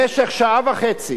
במשך שעה וחצי